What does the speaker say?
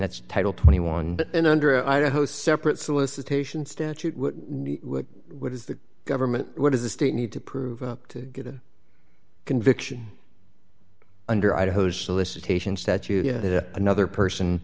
that's title twenty one and under idaho separate solicitation statute which is the government what does the state need to prove up to get a conviction under idaho's solicitation statute that another person